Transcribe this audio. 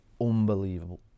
unbelievable